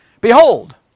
Behold